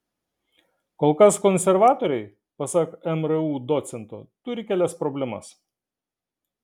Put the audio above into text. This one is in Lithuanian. kol kas konservatoriai pasak mru docento turi kelias problemas